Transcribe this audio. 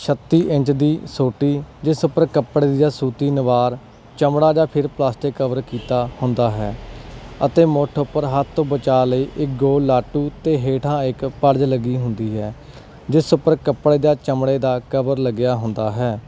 ਛੱਤੀ ਇੰਚ ਦੀ ਸੋਟੀ ਜਿਸ ਉੱਪਰ ਕੱਪੜੇ ਦੀ ਜਾਂ ਸੂਤੀ ਨਿਵਾਰ ਚਮੜਾ ਜਾਂ ਫਿਰ ਪਲਾਸਟਿਕ ਕਵਰ ਕੀਤਾ ਹੁੰਦਾ ਹੈ ਅਤੇ ਮੁੱਠ ਉਪਰ ਹੱਥ ਤੋਂ ਬਚਾਅ ਲਈ ਇੱਕ ਗੋਲ ਲਾਟੂ ਅਤੇ ਹੇਠਾਂ ਇੱਕ ਪਲਜ ਲੱਗੀ ਹੁੰਦੀ ਹੈ ਜਿਸ ਉੱਪਰ ਕੱਪੜੇ ਦਾ ਚਮੜੇ ਦਾ ਕਵਰ ਲੱਗਿਆ ਹੁੰਦਾ ਹੈ